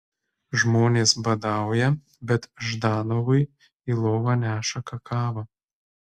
žmonės badauja bet ždanovui į lovą neša kakavą